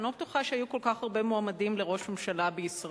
אני לא בטוחה שהיו כל כך הרבה מועמדים לראש ממשלה בישראל.